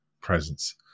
presence